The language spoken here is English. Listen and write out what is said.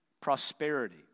prosperity